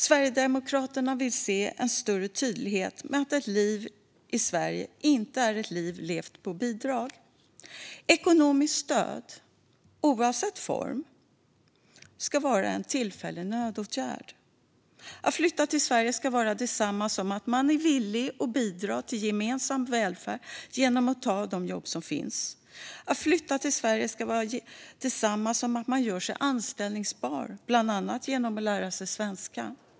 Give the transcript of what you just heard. Sverigedemokraterna vill se en större tydlighet med att ett liv i Sverige inte är ett liv levt på bidrag. Ekonomiskt stöd, oavsett form, ska vara en tillfällig nödåtgärd. Att flytta till Sverige ska vara detsamma som att man är villig att bidra till vår gemensamma välfärd genom att ta de jobb som finns. Att flytta till Sverige ska vara detsamma som att man gör sig anställbar, bland annat genom att lära sig svenska.